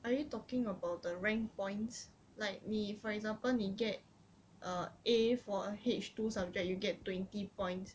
are you talking about the rank points like 你 for example 你 get a A four a H two subject you get twenty points